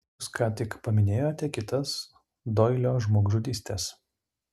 jūs ką tik paminėjote kitas doilio žmogžudystes